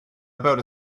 about